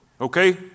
Okay